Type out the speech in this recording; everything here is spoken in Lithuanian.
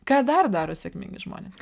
ką dar daro sėkmingi žmonės